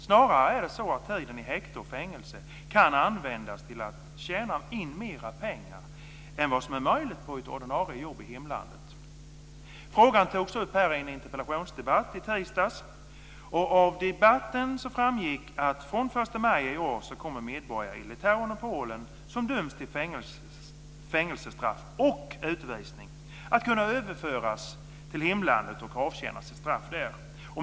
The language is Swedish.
Snarare är det så att tiden i häkte och fängelse kan användas till att tjäna in mer pengar än vad som är möjligt på ett ordinarie jobb i hemlandet. Frågan togs upp i en interpellationsdebatt i tisdags. Av debatten framgick att från 1 maj i år kommer medborgare i Litauen och Polen som dömts till fängelsestraff och utvisning att kunna överföras till hemlandet och avtjäna sitt straff där.